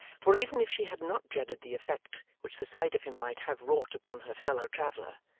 for even if she had not dreaded the effect which the sight of him might have wrought upon her fellow-traveller,